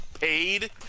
paid